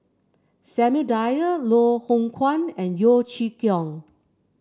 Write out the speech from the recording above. Samuel Dyer Loh Hoong Kwan and Yeo Chee Kiong